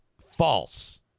false